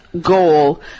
goal